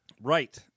Right